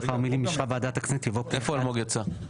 לאחר המילים 'אישרה ועדת הכנסת' יבוא 'פה אחד'.